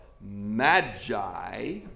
magi